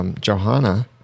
Johanna